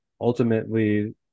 ultimately